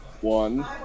One